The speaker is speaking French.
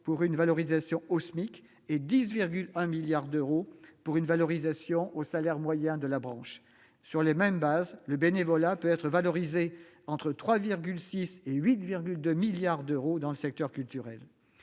Sur les mêmes bases, le bénévolat peut être valorisé entre 3,6 milliards d'euros et 8,22 milliards d'euros dans le secteur culturel.